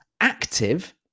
active